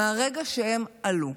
מהרגע שהם עלו,